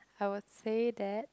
I will say that